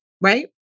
right